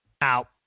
out